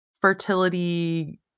fertility